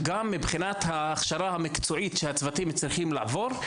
גם מבחינת ההכשרה המקצועית שהצוותים צריכים לעבור,